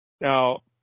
Now